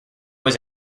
was